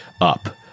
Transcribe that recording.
up